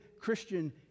Christian